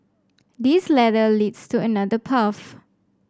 this ladder leads to another path